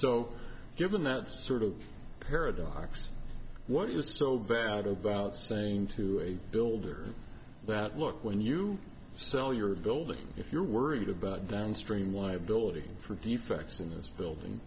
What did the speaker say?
so given that sort of paradox what is so bad about saying to a builder that look when you sell your building if you're worried about downstream liability for defects in this building